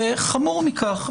חמור מכך,